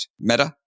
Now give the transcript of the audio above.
Meta